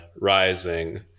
Rising